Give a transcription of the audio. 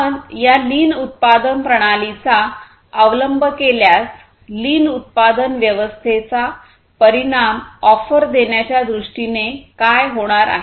आपण या लीन उत्पादन प्रणालीचा अवलंब केल्यास लीन उत्पादन व्यवस्थेचा परिणाम ऑफर देण्याच्या दृष्टीने काय होणार आहे